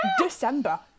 December